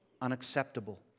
Unacceptable